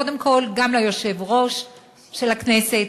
קודם כול גם ליושב-ראש של הכנסת,